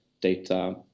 data